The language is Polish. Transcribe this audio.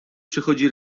przychodzi